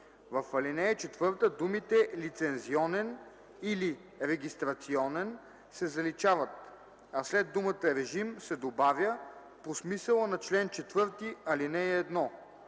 В ал. 4 думите „лицензионен или регистрационен” се заличават, а след думата „режим” се добавя „по смисъла на чл. 4, ал. 1”.